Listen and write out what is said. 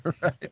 Right